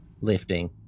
Lifting